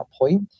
point